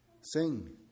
Sing